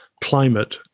climate